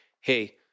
hey